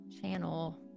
channel